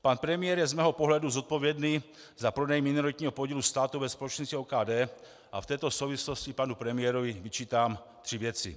Pan premiér je z mého pohledu zodpovědný za prodej minoritního podílu státu ve společnosti OKD a v této souvislosti panu premiérovi vyčítám tři věci.